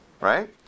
Right